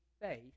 faith